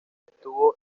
estuvo